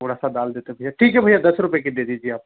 थोड़ा सा डाल देते भैया ठीक है भैया दस रुपे के दे दीजिए आप